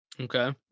okay